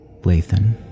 Lathan